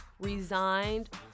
resigned